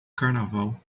carnaval